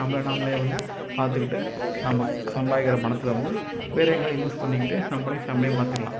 நம்பள நாம்பளே வந்து பார்த்துக்கிட்டு நம்ப சம்பாரிக்கிற பணத்தில் வந்து வேறு எங்கேயாவுது இன்வெஸ்ட் பண்ணிக்கிட்டு நம்பளே ஃபேம்லியை பார்த்துக்குலாம்